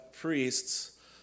priests